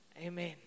Amen